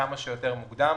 כמה שיותר מוקדם.